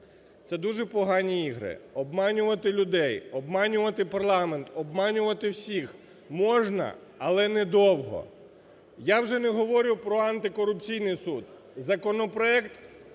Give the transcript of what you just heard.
Це дуже погані ігри. Обманювати людей, обманювати парламент, обманювати всіх можна, але недовго. Я вже не говорю про Антикорупційний суд. Законопроект,